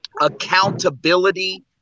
accountability